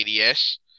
ADS